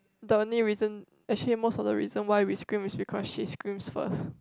the only reason actually most of the reason why we scream is because she scream first